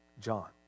John